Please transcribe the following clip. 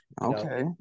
Okay